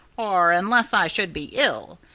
or unless i should be ill.